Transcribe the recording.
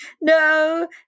No